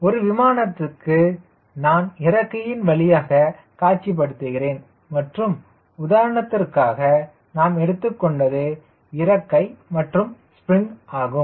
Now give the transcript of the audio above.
ஒரு விமானத்திற்கு நான் இறக்கையின் வழியாக காட்சிப் படுத்துகிறேன் மற்றும் உதாரணத்திற்காக நாம் எடுத்துக்கொண்டது இறக்கை மற்றும் ஸ்பிரிங் ஆகும்